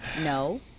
no